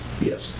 Yes